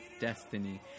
destiny